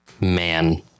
man